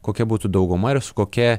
kokia būtų dauguma ir su kokia